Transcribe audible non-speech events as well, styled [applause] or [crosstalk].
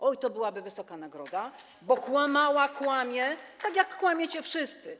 Oj, to byłaby wysoka nagroda, [applause] bo kłamała, kłamie, tak jak kłamiecie wszyscy.